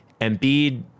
Embiid